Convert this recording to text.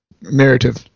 narrative